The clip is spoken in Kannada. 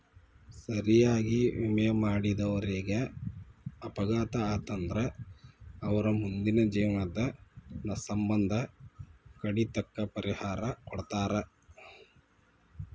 ಸರಿಯಾಗಿ ವಿಮೆ ಮಾಡಿದವರೇಗ ಅಪಘಾತ ಆತಂದ್ರ ಅವರ್ ಮುಂದಿನ ಜೇವ್ನದ್ ಸಮ್ಮಂದ ಕಡಿತಕ್ಕ ಪರಿಹಾರಾ ಕೊಡ್ತಾರ್